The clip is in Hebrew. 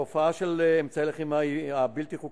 התופעה של אמצעי הלחימה הבלתי-חוקיים